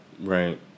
right